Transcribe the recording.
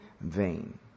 vain